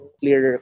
clear